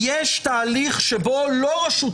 תהליך שפשוט